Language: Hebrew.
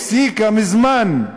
הפסיקה מזמן,